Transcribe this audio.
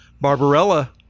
Barbarella